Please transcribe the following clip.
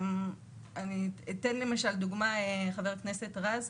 אני אתן למשל דוגמה ח"כ רז,